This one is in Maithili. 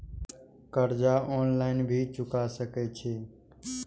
कर्जा ऑनलाइन भी चुका सके छी?